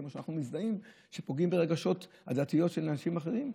כמו שאנחנו מזדהים כשפוגעים ברגשות הדתיים של אנשים אחרים.